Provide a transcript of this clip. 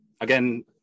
Again